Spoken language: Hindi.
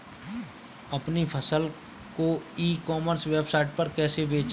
अपनी फसल को ई कॉमर्स वेबसाइट पर कैसे बेचें?